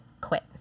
quit